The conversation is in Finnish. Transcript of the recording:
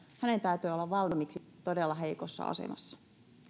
hänen täytyy olla valmiiksi todella heikossa asemassa